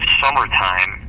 summertime